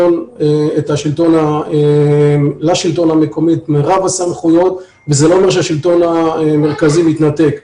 לשלטון המקומי את מרב הסמכויות וזה לא אומר שהשלטון המרכזי מתנתק.